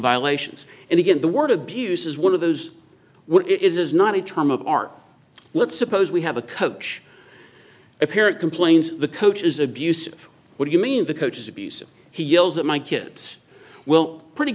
violations and again the word abuse is one of those what it is is not a term of art let's suppose we have a coach a parent complains the coach is abusive what do you mean the coach is abusive he yells at my kids well pretty